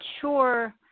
sure